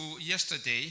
yesterday